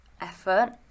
effort